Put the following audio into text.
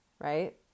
right